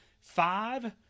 five